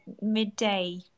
midday